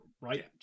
Right